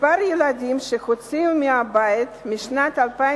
מספר הילדים שהוצאו מהבית מאז שנת 2007